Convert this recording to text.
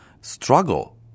struggle